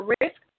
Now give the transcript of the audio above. risk